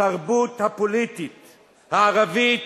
התרבות הפוליטית הערבית,